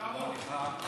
תודה רבה.